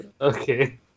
okay